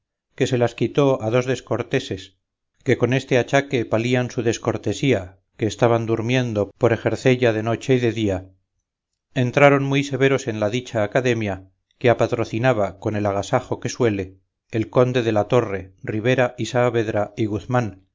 que se las quitó a dos descorteses que con este achaque palían su descortesía que estaban durmiendo por ejercella de noche y de día entraron muy severos en la dicha academia que apatrocinaba con el agasajo que suele el conde de la torre ribera y saavedra y guzmán